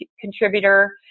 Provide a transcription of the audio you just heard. contributor